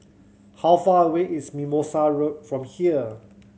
how far away is Mimosa Road from here